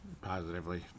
positively